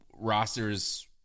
Rosters